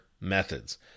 methods